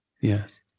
yes